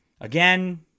Again